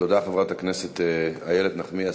תודה, חברת הכנסת איילת נחמיאס.